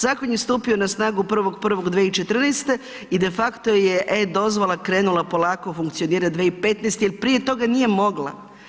Zakon je stupio na snagu 1.1.2014. i de facto je e-dozvola krenula polako funkcionirati 2015. jer prije toga nije mogla.